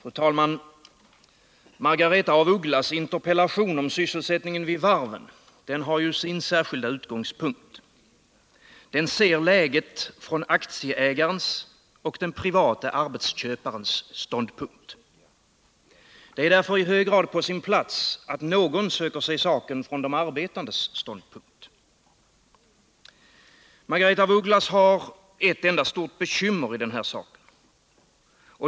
Fru talman! Margaretha af Ugglas interpellation om sysselsättningen vid varven har sin särskilda utgångspunkt. Den ser läget från aktieägarnas och den private arbetsköparens ståndpunkt. Det är därför i hög grad på sin plats att någon söker se saken från de arbetandes ståndpunkt. Margaretha af Ugglas har ett enda stort bekymmer i denna sak.